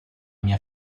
mia